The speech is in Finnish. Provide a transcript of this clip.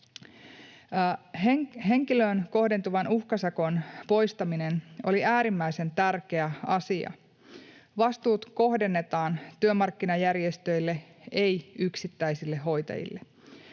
Henkilöön kohdentuvan uhkasakon poistaminen oli äärimmäisen tärkeä asia. Vastuut kohdennetaan työmarkkinajärjestöille, ei yksittäisille hoitajille.